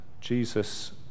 Jesus